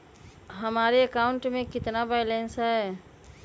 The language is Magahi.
हमारे अकाउंट में कितना बैलेंस है?